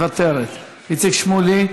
מוותרת, איציק שמולי,